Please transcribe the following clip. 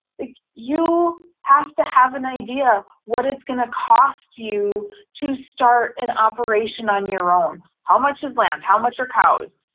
you have to have an idea what it's gonna cost you to start an operation on your own. how much is land, how much are cows?